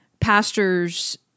pastors